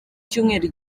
cyumweru